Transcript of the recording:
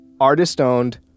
artist-owned